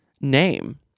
name